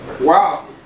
Wow